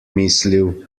mislil